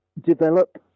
develop